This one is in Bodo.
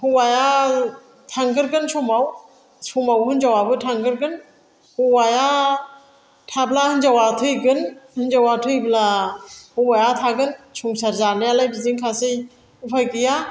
हौवाया थांग्रोगोन समाव समाव हिन्जावाबो थांग्रोगोन हौवाया थाब्ला हिन्जावा थैगोन हिन्जावा थैब्ला हौवाया थागोन संसार जानायालाय बिदिनोखासै उफाय गैया